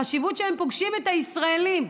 החשיבות היא שהם פוגשים את הישראלים,